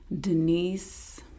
Denise